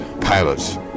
pilots